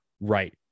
right